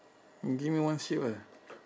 you give me one sheep ah